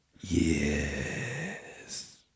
Yes